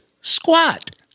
Squat